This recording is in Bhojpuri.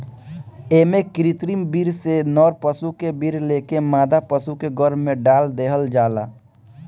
एमे कृत्रिम वीर्य से नर पशु के वीर्य लेके मादा पशु के गर्भ में डाल देहल जाला